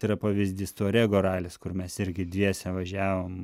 tai yra pavyzdys taurego ralis kur mes irgi dviese važiavom